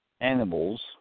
animals